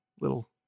little